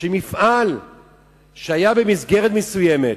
שמפעל שהיה במסגרת מסוימת